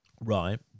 Right